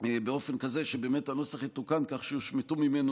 באופן כזה שהנוסח יתוקן כך שיושמטו ממנו